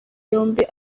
yombi